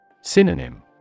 Synonym